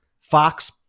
Fox